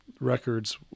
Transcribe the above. records